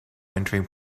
entering